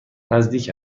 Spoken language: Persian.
نزدیک